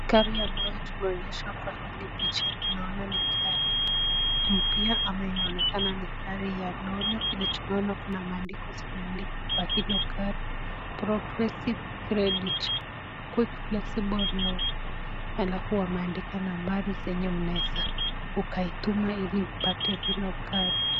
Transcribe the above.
Gari ambayo tumeonyesha kwa hili picha tunaona ni gari mpya ama inaonekana ni gari ya loni, vile tunaona kuna maandiko zimeandikwa kwa hilo gari, progressive credit, quick flexible loan halafu wameandika nambari zenye unaeza ukaituma ili upate hilo gari.